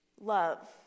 love